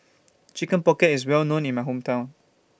Chicken Pocket IS Well known in My Hometown